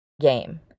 game